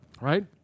right